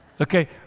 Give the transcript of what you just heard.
Okay